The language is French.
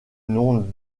nom